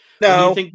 No